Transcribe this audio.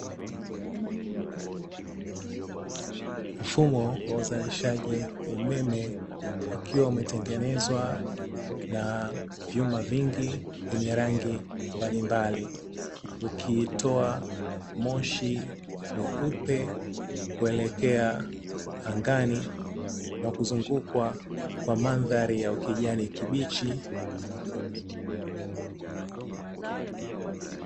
Mfumo wa uzalishaji umeme ukiwa umetengenezwa na vyuma vingi vyenye rangi mbalimbali, ukiitoa moshi mweupe kuelekea angani na kuzungukwa kwa mandhari ya kijani kibichi.